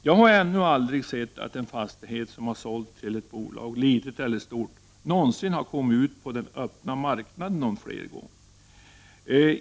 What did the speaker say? Jag har ännu aldrig sett att en fastighet som har sålts till ett bolag, litet eller stort, någonsin har kommit ut på den öppna marknaden igen.